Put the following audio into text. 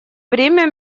время